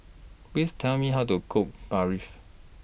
Please Tell Me How to Cook Barfi